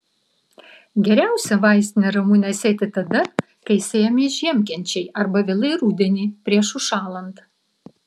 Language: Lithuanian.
geriausia vaistinę ramunę sėti tada kai sėjami žiemkenčiai arba vėlai rudenį prieš užšąlant